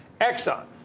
Exxon